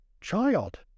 child